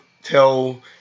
Tell